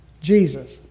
Jesus